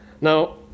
Now